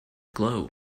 glow